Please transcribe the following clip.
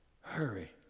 Hurry